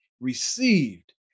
received